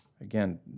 again